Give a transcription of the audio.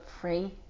free